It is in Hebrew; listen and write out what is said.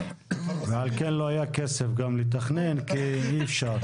ועל כן לא היה כסף גם לתכנן כי אי אפשר.